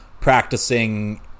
practicing